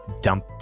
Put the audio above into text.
Dump